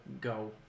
Go